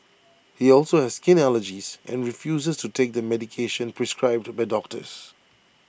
he also has skin allergies and refuses to take the medication prescribed by doctors